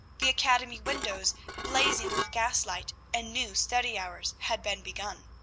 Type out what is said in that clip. the academy windows blazing with gas-light, and knew study hours had been begun.